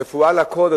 רפואה לכול,